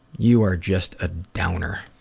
you are just a downer.